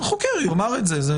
החוקר יאמר את זה.